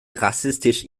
rassistisch